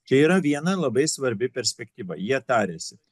čia yra viena labai svarbi perspektyva jie tariasi